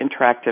interactive